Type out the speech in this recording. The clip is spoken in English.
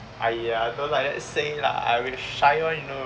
!aiya! don't like that say lah I will shy [one] you know